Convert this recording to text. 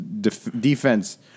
defense